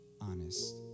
honest